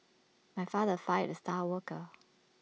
my father fired the star worker